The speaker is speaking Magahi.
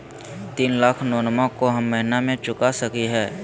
तीन लाख लोनमा को महीना मे चुका सकी हय?